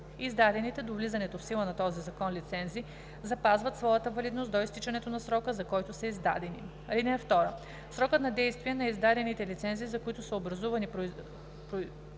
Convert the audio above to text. Издадените до влизането в сила на този закон лицензи запазват своята валидност до изтичането на срока, за който са издадени.